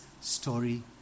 story